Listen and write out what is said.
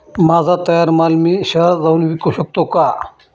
माझा तयार माल मी शहरात जाऊन विकू शकतो का?